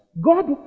God